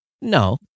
No